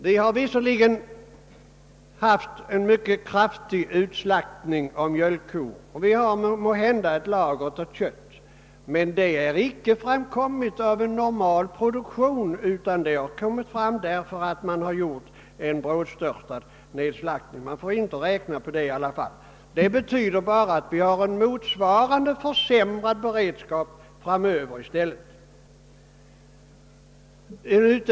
Vi har visserligen haft en mycket kraftig utslaktning av mjölkkor, och det finns måhända ett lager av kött, men detta har icke uppstått genom en normal produktion utan genom att man genomfört en brådstörtad nedslaktning, och det betyder bara att vi i stället får en motsvarande försämrad beredskap framöver.